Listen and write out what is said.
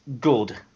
good